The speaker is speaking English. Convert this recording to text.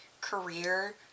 career